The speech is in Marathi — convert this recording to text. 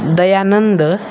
दयानंद